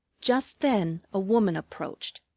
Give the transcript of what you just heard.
just then a woman approached.